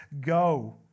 go